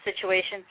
situation